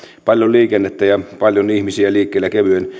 paljon liikennettä ja paljon ihmisiä liikkeellä